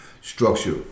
structure